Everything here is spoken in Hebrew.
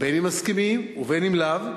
בין שהם מסכימים ובין שלאו.